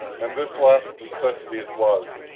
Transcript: and this last necessity it was,